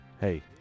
Hey